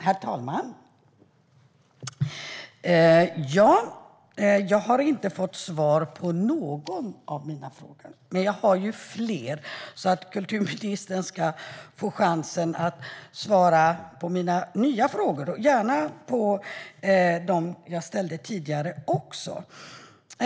Herr talman! Jag har inte fått svar på någon av mina frågor. Men jag har ju fler, så kulturministern ska få chansen att svara på mina nya frågor - och gärna också på dem jag ställde tidigare.